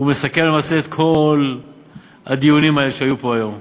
למעשה, הוא מסכם את כל הדיונים האלה שהיו פה היום.